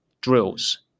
drills